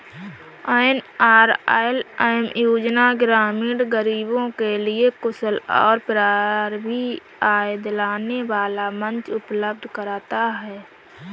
NRLM योजना ग्रामीण गरीबों के लिए कुशल और प्रभावी आय दिलाने वाला मंच उपलब्ध कराता है